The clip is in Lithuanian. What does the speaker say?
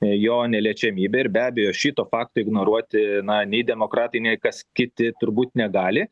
jo neliečiamybę ir be abejo šito fakto ignoruoti na nei demokratai nei kas kiti turbūt negali